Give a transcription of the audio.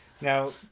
Now